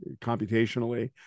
computationally